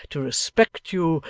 to respect you,